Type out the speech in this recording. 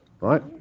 right